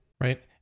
Right